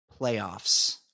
playoffs